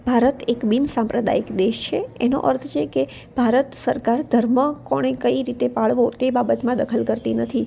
ભારત એક બિનસાંપ્રદાયિક દેશ છે એનો અર્થ છે કે ભારત સરકાર ધર્મ કોણે કઈ રીતે પાળવો તે બાબતમાં દખલ કરતી નથી